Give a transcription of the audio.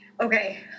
Okay